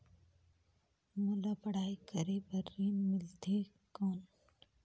मोला पढ़ाई करे बर ऋण मिलथे कौन?